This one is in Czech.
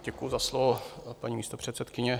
Děkuji za slovo, paní místopředsedkyně.